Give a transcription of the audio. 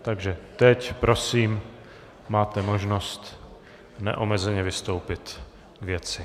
Takže teď prosím máte možnost neomezeně vystoupit k věci.